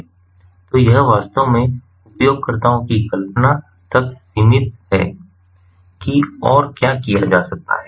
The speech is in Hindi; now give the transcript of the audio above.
तो यह वास्तव में उपयोगकर्ताओं की कल्पना तक सीमित है कि और क्या किया जा सकता है